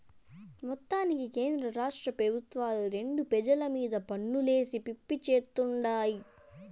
మొత్తానికి కేంద్రరాష్ట్ర పెబుత్వాలు రెండు పెజల మీద పన్నులేసి పిప్పి చేత్తుండాయి